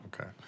okay